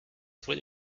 vraie